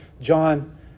John